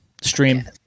stream